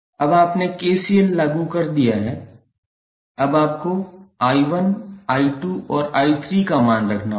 अब आपने KCL लागू कर दिया है अब आपको 𝐼1 𝐼2 और 𝐼3 का मान रखना होगा